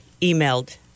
emailed